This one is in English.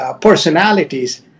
personalities